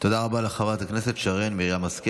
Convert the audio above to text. תודה רבה לחברת הכנסת שרן מרים השכל.